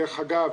דרך אגב,